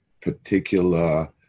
particular